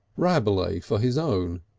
rabelais for his own,